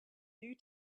due